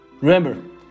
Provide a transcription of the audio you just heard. Remember